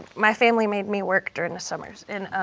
my family made me work during the summers. and